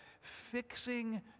Fixing